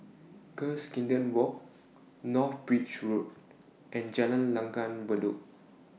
Cuscaden Walk North Bridge Road and Jalan Langgar Bedok